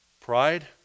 Pride